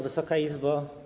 Wysoka Izbo!